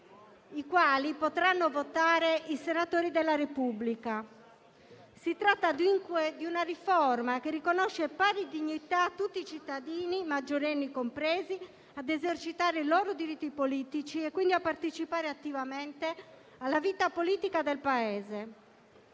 i quali potranno votare i senatori della Repubblica. Si tratta dunque di una riforma che riconosce pari dignità a tutti i cittadini, maggiorenni compresi, ad esercitare i loro diritti politici e quindi a partecipare attivamente alla vita politica del Paese.